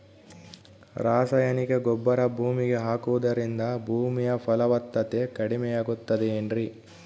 ರಾಸಾಯನಿಕ ಗೊಬ್ಬರ ಭೂಮಿಗೆ ಹಾಕುವುದರಿಂದ ಭೂಮಿಯ ಫಲವತ್ತತೆ ಕಡಿಮೆಯಾಗುತ್ತದೆ ಏನ್ರಿ?